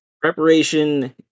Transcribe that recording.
Preparation